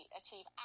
achieve